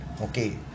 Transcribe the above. Okay